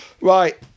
Right